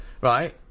right